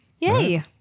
Yay